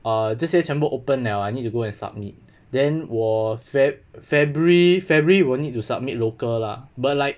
err 这些全部 open liao I need to go and submit then 我 feb february february will need to submit local lah but like